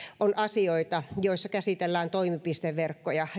on asioita joissa käsitellään toimipisteverkkoja